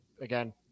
Again